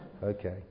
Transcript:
Okay